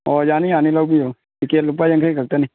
ꯑꯣ ꯌꯥꯅꯤ ꯌꯥꯅꯤ ꯂꯧꯕꯤꯌꯨ ꯇꯤꯀꯦꯠ ꯂꯨꯄꯥ ꯌꯥꯡꯈꯩ ꯈꯛꯇꯅꯤ